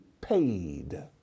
paid